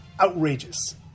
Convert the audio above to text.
outrageous